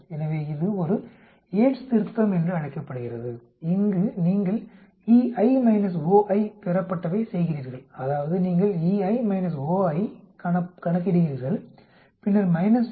எனவே இது ஒரு யேட்ஸ் திருத்தம் என்று அழைக்கப்படுகிறது இங்கு நீங்கள் Ei Oi பெறப்பட்டவை செய்கிறீர்கள் அதாவது நீங்கள் Ei Oi ஐக் கணக்கிடுகிறீர்கள் பின்னர் மைனஸ் 0